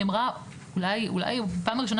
נאמרה אולי בפעם הראשונה,